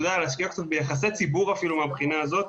להשקיע ביחסי ציבור מהבחינה זאת.